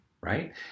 Right